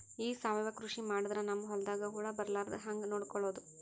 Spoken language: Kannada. ಈ ಸಾವಯವ ಕೃಷಿ ಮಾಡದ್ರ ನಮ್ ಹೊಲ್ದಾಗ ಹುಳ ಬರಲಾರದ ಹಂಗ್ ನೋಡಿಕೊಳ್ಳುವುದ?